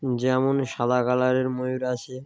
যেমন সাদা কালারের ময়ূর আছে